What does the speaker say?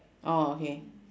orh okay